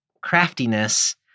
craftiness